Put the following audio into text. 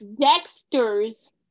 Dexter's